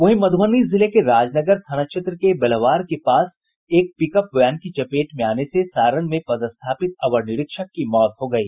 वहीं मधुबनी जिले के राजनगर थाना क्षेत्र के बेल्हवार के पास एक पिकअप वैन की चपेट में आने से सारण में पदस्थापित अवर निरीक्षक की मौत हो गयी